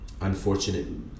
unfortunate